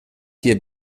hier